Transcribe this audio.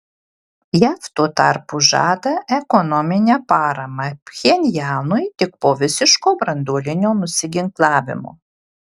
jav tuo tarpu žada ekonominę paramą pchenjanui tik po visiško branduolinio nusiginklavimo